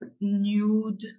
nude